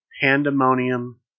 Pandemonium